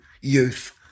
youth